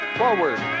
forward